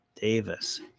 Davis